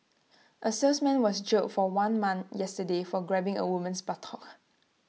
A salesman was jailed for one month yesterday for grabbing A woman's buttock